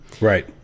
right